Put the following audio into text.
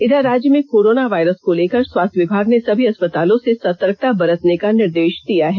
इधर राज्य में कोरोना वायरस को लेकर स्वास्थ्य विभाग ने सभी अस्पतालों से सतर्कता बरने का निर्देष दिया है